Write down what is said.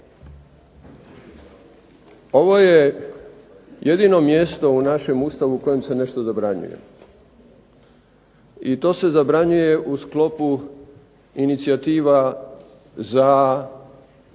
Ovo je jedino mjesto u našem Ustavu u kojem se nešto zabranjuje i to se zabranjuje u sklopu inicijativa za